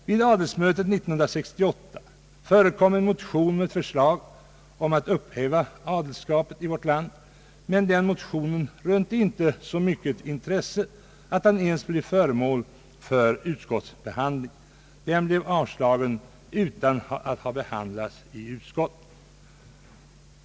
Vid adelsmötet 1968 förekom en motion med förslag om att upphäva adelskapet i vårt land, men den motionen rönte inte så mycket intresse att den ens blev föremål för utskottsbehandling. Den blev avslagen utan att ha behandlats i utskott.